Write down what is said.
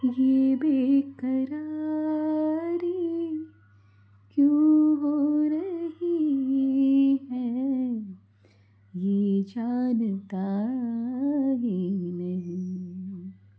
યે બેકરારી ક્યુ હો રહી હૈ યે જાનતા હી નહીં